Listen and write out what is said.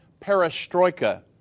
Perestroika